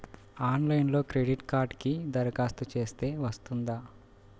ఆన్లైన్లో క్రెడిట్ కార్డ్కి దరఖాస్తు చేస్తే వస్తుందా?